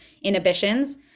inhibitions